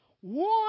one